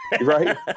Right